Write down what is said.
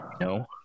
No